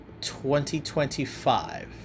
2025